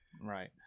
Right